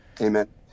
amen